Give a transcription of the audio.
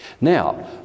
Now